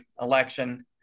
election